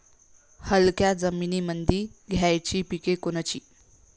हलक्या जमीनीमंदी घ्यायची पिके कोनची?